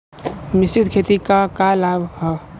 मिश्रित खेती क का लाभ ह?